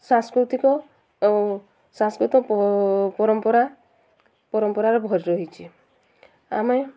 ସାଂସ୍କୃତିକ ଆଉ ସାଂସ୍କୃତିକ ପରମ୍ପରା ପରମ୍ପରାରେ ଭରି ରହିଛି ଆମେ